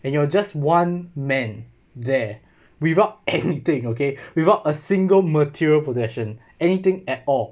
and you're just one man there without anything okay without a single material possession anything at all